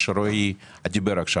מה שרועי דיבר עליו עכשיו,